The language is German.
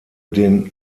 den